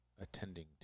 attending